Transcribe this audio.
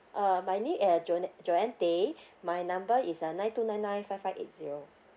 uh my name uh joan joan teh my number is uh nine two nine nine five five eight zero